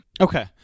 Okay